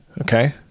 okay